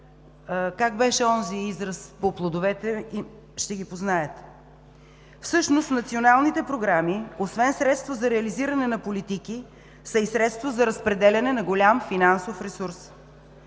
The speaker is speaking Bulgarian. как беше онзи израз: „По плодове им ще ги познаете.“ Всъщност националните програми, освен средство за реализиране на политики, са и средство за разпределяне на голям финансов ресурс.